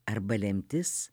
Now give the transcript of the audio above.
arba lemtis